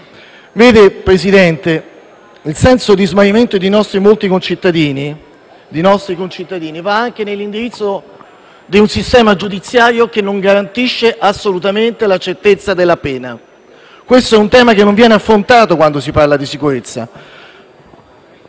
città. Presidente, il senso di smarrimento di molti nostri concittadini va anche nell'indirizzo di un sistema giudiziario che non garantisce assolutamente la certezza della pena. È un tema che non viene affrontato quando si parla di sicurezza.